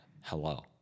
Hello